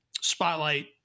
spotlight